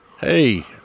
hey